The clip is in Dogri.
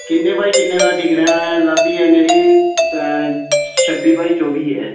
किन्ने बाय किन्ने दा ठीक रौह्ना ऐ लाबी ऐ मेरी छब्बी बाई चौबी ऐ